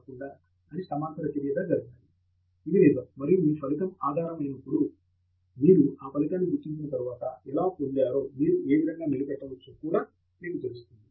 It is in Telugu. ప్రొఫెసర్ ఆండ్రూ తంగరాజ్ ఇది నిజం మరియు మీ ఫలితం ఆధారిత మైనప్పుడు మీరు ఆ ఫలితాన్ని గుర్తించిన తర్వాత ఎలా పొందారో మీరు ఏ విధముగా మెలిపెట్టవచ్చో కూడా మీకు తెలుస్తుంది